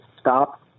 stop